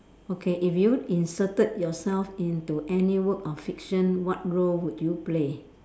okay if you inserted yourself into any work of fiction what role would you play